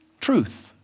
truth